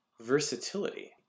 versatility